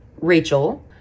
Rachel